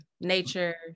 Nature